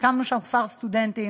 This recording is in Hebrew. הקמנו שם כפר סטודנטים.